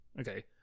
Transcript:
Okay